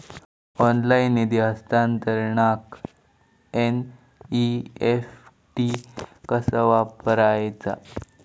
Online निधी हस्तांतरणाक NEFT कसा वापरायचा?